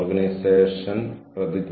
organisational motivational സ്റ്റേറ്റുകൾ